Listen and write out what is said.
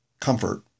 comfort